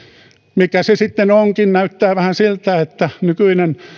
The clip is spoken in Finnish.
mikä se sitten onkin näyttää vähän siltä että nykyinen